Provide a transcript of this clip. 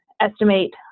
estimate